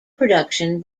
production